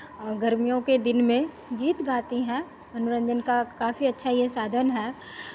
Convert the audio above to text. गर्मियों के दिन में गीत गाती हैं मनोरंजन का काफी अच्छा ये साधन है